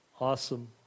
Awesome